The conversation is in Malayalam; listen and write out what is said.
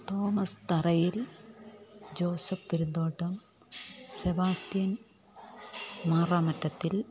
Thomas Tharayil Joseph Perumthottam Sebastian Maramattathil